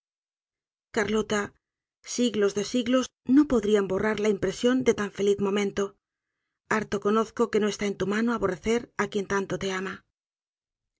carlot siglos de siglos no podrían borrar la impresión de tan feliz momento harto conozco que no está en tu mano aborrecer á quien tanto te ama